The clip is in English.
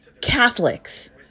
Catholics